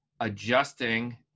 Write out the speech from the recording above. adjusting